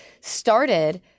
started